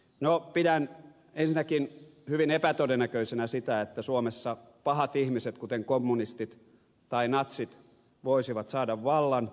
no pidän ensinnäkin hyvin epätodennäköisenä sitä että suomessa pahat ihmiset kuten kommunistit tai natsit voisivat saada vallan